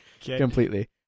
completely